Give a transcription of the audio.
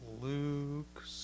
Luke